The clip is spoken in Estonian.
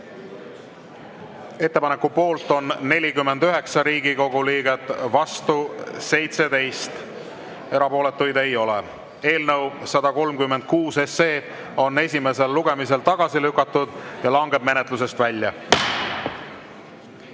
Ettepaneku poolt on 44 Riigikogu liiget, vastu 13, erapooletuid ei ole. Eelnõu 137 on esimesel lugemisel tagasi lükatud ja langeb menetlusest välja.